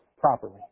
properly